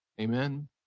Amen